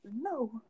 No